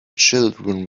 children